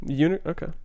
Okay